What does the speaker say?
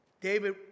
David